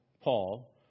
Paul